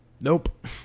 Nope